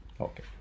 Okay